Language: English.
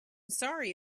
sorry